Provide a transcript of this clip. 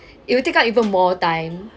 it will take up even more time